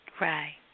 Right